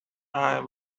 eye